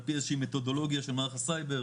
על פי איזושהי מתודולוגיה של מערך הסייבר,